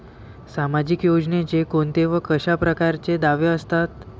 सामाजिक योजनेचे कोंते व कशा परकारचे दावे असतात?